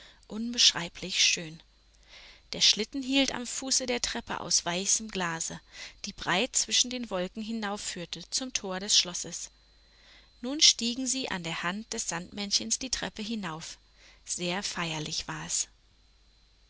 unbeschreiblich schön der schlitten hielt am fuße der treppe aus weißem glase die breit zwischen den wolken hinaufführte zum tor des schlosses nun stiegen sie an der hand des sandmännchens die treppe hinauf sehr feierlich war es